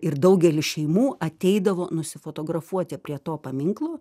ir daugelis šeimų ateidavo nusifotografuoti prie to paminklo